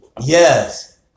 Yes